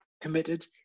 committed